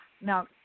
Now